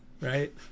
Right